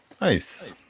nice